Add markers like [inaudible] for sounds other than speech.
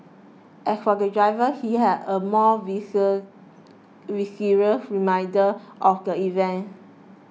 as for the driver he had a more [unintelligible] visceral reminder of the event